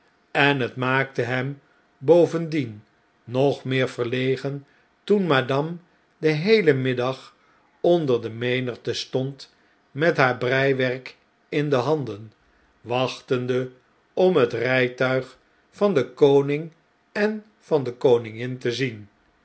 en het maakte hem bovendien nog meer verlegen toen madame den heelen middag onder de menigte stond met naar breiwerk in de handen wachtende om het rijtuig van den koning en van de koningin te zien